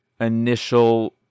initial